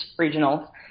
regionals